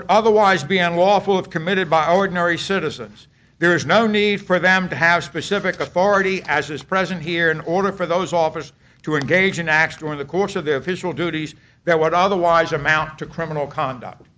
would otherwise be unlawful of committed by ordinary citizens there is no need for them to have specific authority as is present here in order for those office to engage in acts during the course of their official duties that would otherwise amount to criminal conduct